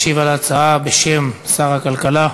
ישיב על ההצעה, בשם שר הכלכלה,